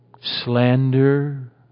slander